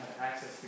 access